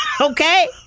okay